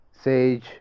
Sage